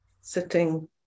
sitting